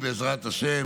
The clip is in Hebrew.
בעזרת השם.